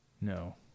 No